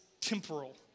temporal